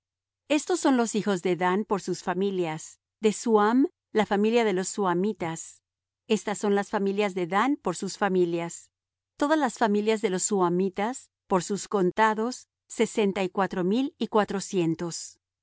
estos son los hijos de dan por sus familias de suham la familia de los suhamitas estas son las familias de dan por sus familias todas las familias de los suhamitas por sus contados sesenta y cuatro mil y cuatrocientos